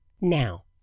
Now